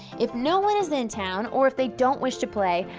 if no one is in town, or if they don't wish to play,